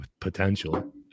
potential